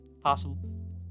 possible